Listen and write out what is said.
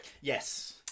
Yes